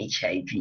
HIV